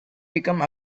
become